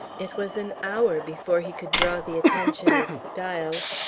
it was an hour before he could draw the attention of styles,